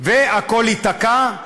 והכול ייתקע.